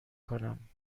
کنم